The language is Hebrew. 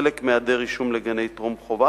חלק מהיעדר רישום לגני טרום-חובה,